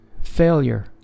Failure